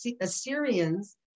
Assyrians